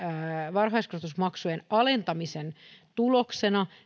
varhaiskasvatusmaksujen alentamisen tuloksena